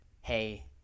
hey